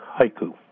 haiku